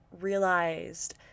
realized